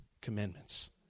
commandments